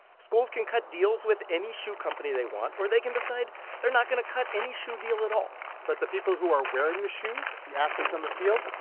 schools can cut deals with any shoe company they want or they can decide they're not going to cut any shoe deal at all but the people who are wearing the shoes, the athletes on the field,